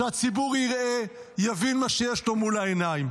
שהציבור יראה ויבין מה יש לו מול העיניים.